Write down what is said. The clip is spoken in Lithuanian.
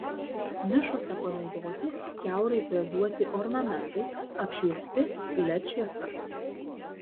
nišose panaudoti kiaurai frezuoti ornamentai apšviesti led šviesa